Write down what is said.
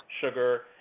Sugar